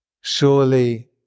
Surely